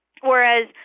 Whereas